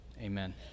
Amen